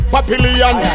Papillion